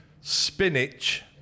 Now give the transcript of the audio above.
Spinach